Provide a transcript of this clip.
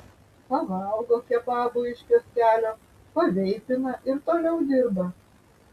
pavalgo kebabų iš kioskelio paveipina ir toliau dirba